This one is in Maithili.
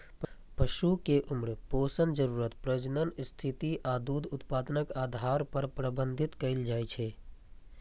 पशु कें उम्र, पोषण जरूरत, प्रजनन स्थिति आ दूध उत्पादनक आधार पर प्रबंधित कैल जाइ छै